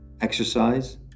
exercise